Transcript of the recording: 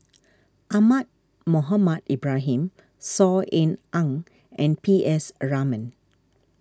Ahmad Mohamed Ibrahim Saw Ean Ang and P S a Raman